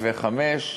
ב-2005,